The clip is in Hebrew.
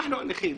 אנחנו הנכים,